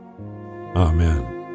Amen